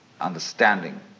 understanding